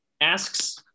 asks